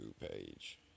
page